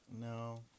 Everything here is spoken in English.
No